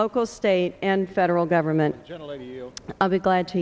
local state and federal government i'll be glad to